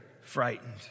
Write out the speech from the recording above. frightened